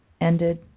ended